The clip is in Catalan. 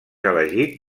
elegit